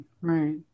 right